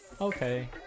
okay